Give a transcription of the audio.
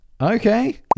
okay